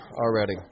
already